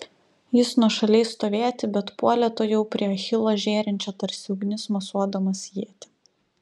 jis nuošaliai stovėti bet puolė tuojau prie achilo žėrinčią tarsi ugnis mosuodamas ietį